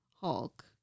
Hulk